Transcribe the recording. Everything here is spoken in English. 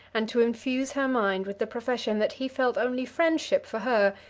and to infuse her mind with the profession that he felt only friendship for her,